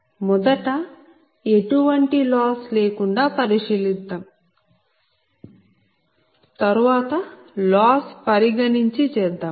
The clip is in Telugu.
మొదట ఎటువంటి లాస్ లేకుండా పరిశీలిద్దాం తరువాత లాస్ పరిగణించి చేద్దాం